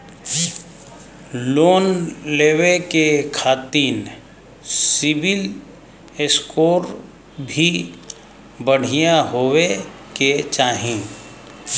Loan लेवे के खातिन सिविल स्कोर भी बढ़िया होवें के चाही?